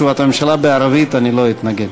מכסייפה, אנחנו מברכים אתכם.